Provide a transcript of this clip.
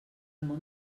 món